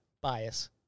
bias